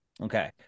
okay